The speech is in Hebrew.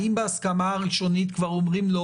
האם בהסכמה הראשונית כבר אומרים לו: